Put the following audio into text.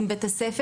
עם בית הספר.